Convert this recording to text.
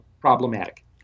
problematic